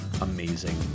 amazing